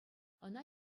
ӑна